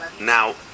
Now